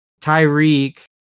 Tyreek